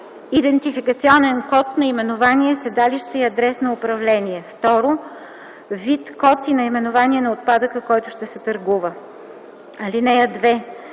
идентификационен код наименование, седалище и адрес на управление; 2. вид, код и наименование на отпадъка, който ще се търгува. (2)